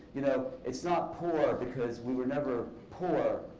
you know it's not poor because we were never poor.